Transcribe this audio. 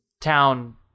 town